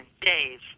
days